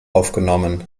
aufgenommen